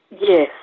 Yes